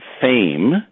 fame